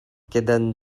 kedan